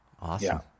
Awesome